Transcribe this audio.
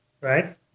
Right